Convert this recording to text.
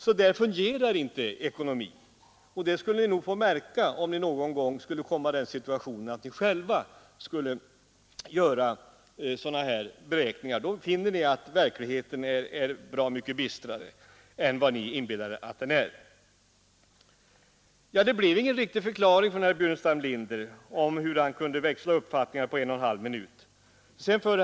Så där fungerar inte ekonomin, och om ni någon gång själva skulle ha hand om rodret, skulle ni komma att finna att verkligheten är bra mycket bistrare och mera invecklad än vad ni inbillar er. Det blev ingen riktig förklaring från herr Burenstam Linder om hur han kunde växla uppfattningar inom loppet av en och en halv minut.